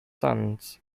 sons